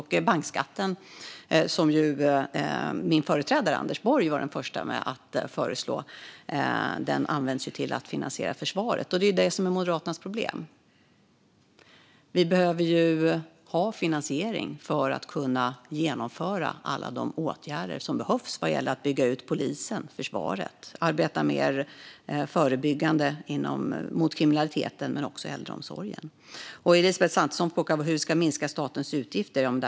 Bankskatten var min företrädare Anders Borg den förste att föreslå. Den används till att finansiera försvaret. Det är Moderaternas problem. Vi behöver ha finansiering för att kunna genomföra alla de åtgärder som behövs vad gäller att bygga ut polisen och försvaret, att arbeta mer förebyggande mot kriminaliteten och också för att förbättra äldreomsorgen. Elisabeth Svantesson frågar hur vi ska minska statens utgifter.